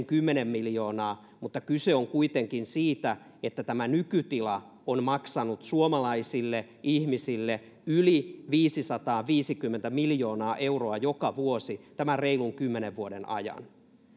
kymmenen miljoonaa mutta kyse on kuitenkin siitä että tämä nykytila on maksanut suomalaisille ihmisille yli viisisataaviisikymmentä miljoonaa euroa joka vuosi tämän reilun kymmenen vuoden ajan